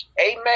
amen